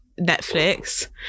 Netflix